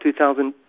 2,000